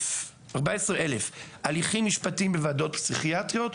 הליכים משפטיים בוועדות פסיכיאטריות,